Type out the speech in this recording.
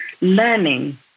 learning